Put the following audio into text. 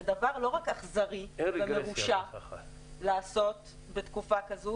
זה דבר לא רק אכזרי ומרושע לעשות בתקופה כזאת,